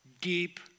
deep